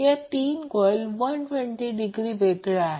या 3 coil 120 degree वेगळे आहेत